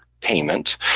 payment